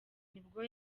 nibwo